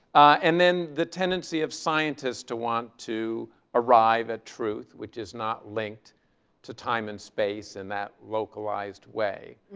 and then the tendency of scientists to want to arrive at truth, which is not linked to time and space in that localized way.